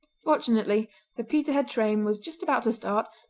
fortunately the peterhead train was just about to start,